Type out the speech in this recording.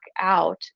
out